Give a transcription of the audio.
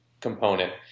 component